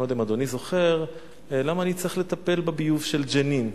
ואני לא יודע אם אדוני זוכר: למה אני צריך לטפל בביוב של ג'נין?